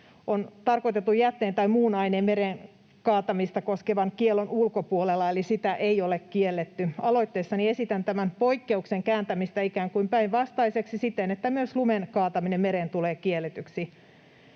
on tarkoitetun jätteen tai muun aineen mereen kaatamista koskevan kiellon ulkopuolella, eli sitä ei ole kielletty. Aloitteessani esitän tämän poikkeuksen kääntämistä ikään kuin päinvastaiseksi siten, että myös lumen kaataminen mereen tulee kielletyksi.